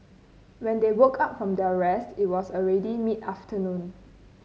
when they woke up from their rest it was already mid afternoon